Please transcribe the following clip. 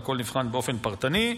והכול נבחן באופן פרטני.